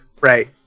Right